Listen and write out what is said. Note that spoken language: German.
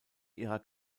ihrer